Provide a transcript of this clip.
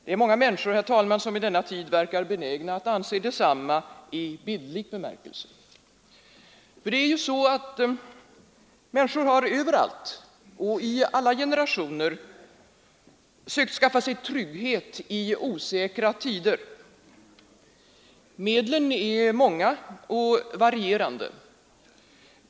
Det är många människor, herr talman, som vid denna tid verkar benägna att anse detsamma i bildlig bemärkelse. Det är ju så att människor överallt och i alla generationer har sökt skaffa sig trygghet i osäkra tider. Medlen är många och varierande.